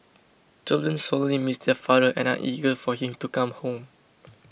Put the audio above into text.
children sorely miss their father and are eager for him to come home